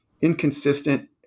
inconsistent